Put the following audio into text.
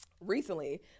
recently